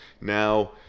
Now